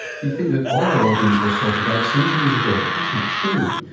you'd think that all our organs were sorted out centuries ago but that's not true.